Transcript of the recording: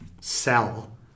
sell